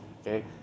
okay